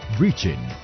Reaching